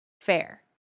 fair